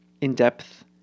in-depth